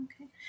Okay